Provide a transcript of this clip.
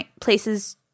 places